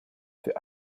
für